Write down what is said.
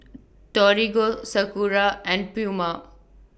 Torigo Sakura and Puma